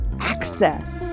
access